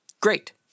Great